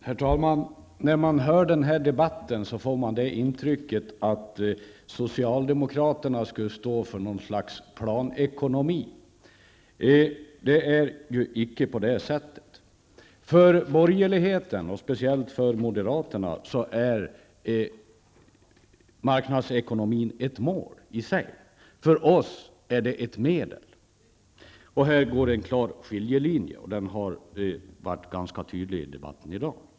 Herr talman! När man hör denna debatt får man intrycket att socialdemokraterna skulle stå för något slags planekonomi. Så är det icke. För borgerligheten, och speciellt för moderaterna, är marknadsekonomin ett mål i sig. För oss är den ett medel. Här går en klar skiljelinje, som märkts ganska tydligt i debatten i dag.